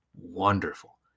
wonderful